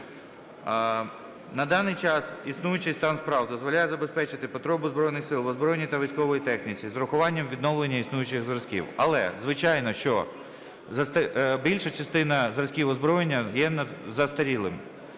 На даний час існуючий стан справ дозволяє забезпечити потребу Збройних Сил в озброєнні та військовій техніці з урахуванням відновлення існуючих зразків. Але, звичайно, що застарілі... більша частина зразків озброєння є застарілими.